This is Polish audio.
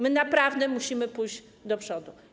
My naprawdę musimy pójść do przodu.